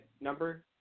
number